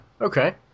Okay